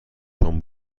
شام